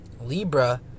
Libra